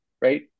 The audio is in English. right